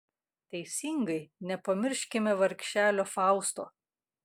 teisingai nepamirškime vargšelio fausto